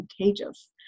contagious